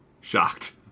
shocked